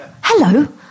Hello